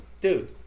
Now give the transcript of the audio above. dude